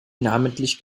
namentlich